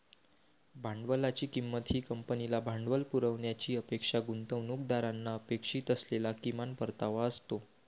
भांडवलाची किंमत ही कंपनीला भांडवल पुरवण्याची अपेक्षा गुंतवणूकदारांना अपेक्षित असलेला किमान परतावा असतो